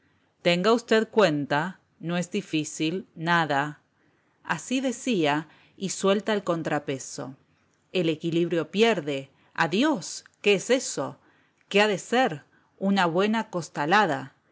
tenga usted cuenta no es difícil nada así decía y suelta el contrapeso el equilibrio pierde adiós qué es eso qué ha de ser una buena costalada